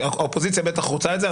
האופוזיציה בטח רוצה את זה,